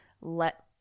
Let